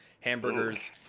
hamburgers